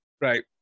Right